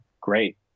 great